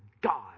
God